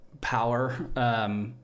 power